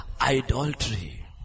Idolatry